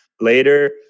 later